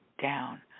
down